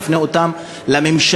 מפנה אותם לממשלה,